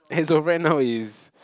as of right now is